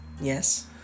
Yes